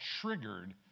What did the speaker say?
triggered